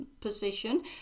position